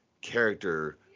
character